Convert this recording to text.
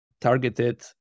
targeted